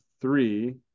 three